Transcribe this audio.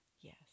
Yes